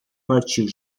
partir